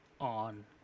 on